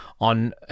On